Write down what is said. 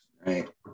Right